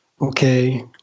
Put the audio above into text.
Okay